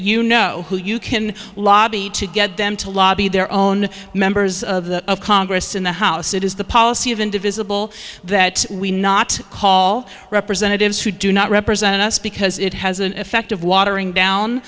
you know who you can lobby to get them to lobby their own members of congress in the house it is the policy of indivisible that we not call representatives who do not represent us because it has an effect of watering down